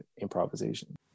improvisation